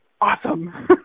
awesome